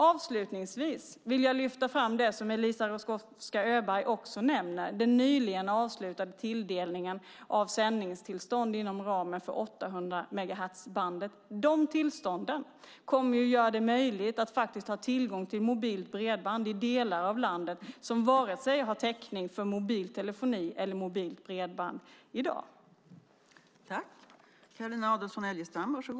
Avslutningsvis vill jag lyfta fram det som Eliza Roszkowska Öberg också nämner, nämligen den nyligen avslutade tilldelningen av sändningstillstånd inom ramen för 800-megahertzbandet. Dessa tillstånd kommer att göra det möjligt för människor att få tillgång till mobilt bredband i delar av landet som varken har täckning för mobil telefoni eller mobilt bredband i dag.